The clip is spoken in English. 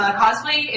cosplay